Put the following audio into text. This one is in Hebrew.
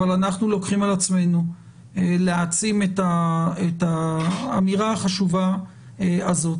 אבל אנחנו לוקחים על עצמנו להעצים את האמירה החשובה הזאת,